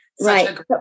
Right